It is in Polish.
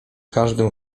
każdym